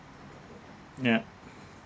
yeah